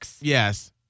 Yes